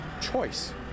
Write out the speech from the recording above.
Choice